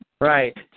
Right